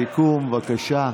סיכום, בבקשה.